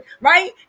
right